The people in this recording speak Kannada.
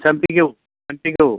ಸಂಪಿಗೆ ಹೂ ಸಂಪಿಗೆ ಹೂ